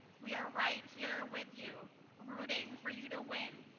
we are right here with you rooting for you to win,